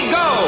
go